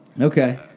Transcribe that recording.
okay